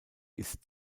ist